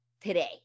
today